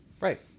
right